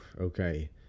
okay